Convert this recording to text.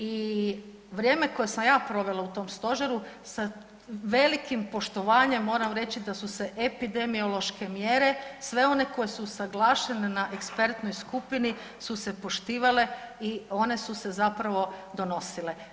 I vrijeme koje sam ja provela u tom stožeru sa velikim poštovanjem moram reći da su se epidemiološke mjere sve one koje su usaglašene na ekspertnoj skupini su se poštivale i one su se zapravo donosile.